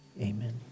Amen